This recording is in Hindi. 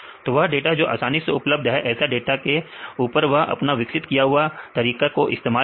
तो वह डाटा जो आसानी से उपलब्ध है ऐसे डाटा के ऊपर वह अपना विकसित किया हुआ तरीका को इस्तेमाल करते हैं